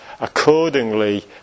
accordingly